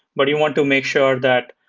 but you want to make sure that,